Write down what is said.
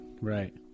Right